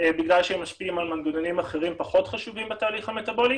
בגלל שהם משפיעים על מנגנונים אחרים פחות חשובים בתהליך המטבולי,